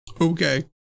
okay